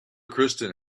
kristen